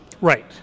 right